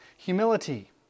humility